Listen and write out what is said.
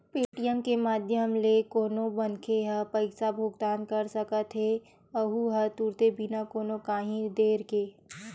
Paytm के माधियम ले कोनो मनखे ह पइसा भुगतान कर सकत हेए अहूँ ह तुरते बिना कोनो काइही देर के